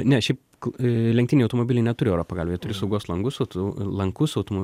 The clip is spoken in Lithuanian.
ne šiaip lenktynių automobiliai neturi oro pagalvių jie turi saugos langus o tu lankus autom